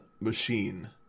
machine